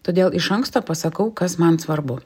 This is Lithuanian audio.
todėl iš anksto pasakau kas man svarbu